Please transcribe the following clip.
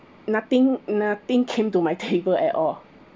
nothing nothing came to my table at all